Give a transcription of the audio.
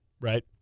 right